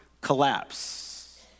collapse